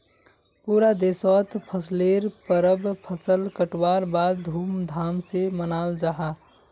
पूरा देशोत फसलेर परब फसल कटवार बाद धूम धाम से मनाल जाहा